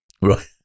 right